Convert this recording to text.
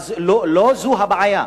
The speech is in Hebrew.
אבל לא זו הבעיה.